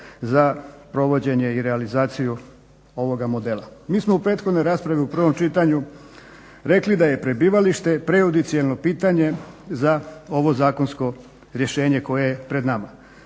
za provođenje i realizaciju ovoga modela. Mi smo u prethodnoj raspravi u prvom čitanju rekli da je prebivalište prejudicijelno pitanje za ovo zakonsko rješenje koje je pred nama.